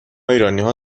ایرانیها